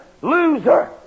loser